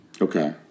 Okay